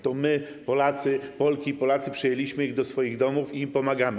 To my, Polki i Polacy, przyjęliśmy ich do swoich domów i im pomagamy.